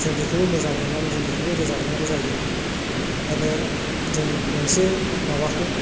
जों बेखौबो जों मोजां मोननानै रोजाबनांगौ जायो ओंखायनो जों मोनसे माबाखौ